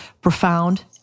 profound